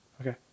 Okay